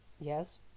Yes